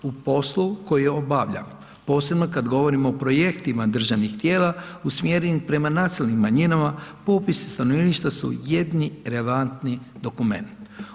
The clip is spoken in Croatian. U poslu koji obavljam, posebno kad govorimo o projektima državnih tijela usmjerenih prema nacionalnim manjinama, popis stanovništva su jedini relevantni dokumenat.